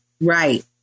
Right